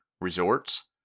resorts